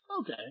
Okay